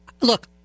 Look